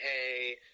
hey